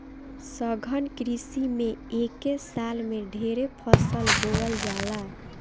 सघन कृषि में एके साल में ढेरे फसल बोवल जाला